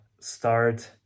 start